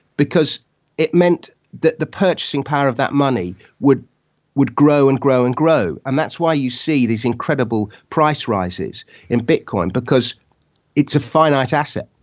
because it meant that the purchasing power of that money would would grow and grow and grow, and that's why you see these incredible price rises in bitcoin because it's a finite asset.